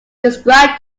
describe